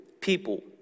people